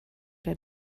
der